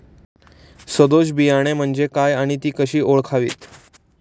सदोष बियाणे म्हणजे काय आणि ती कशी ओळखावीत?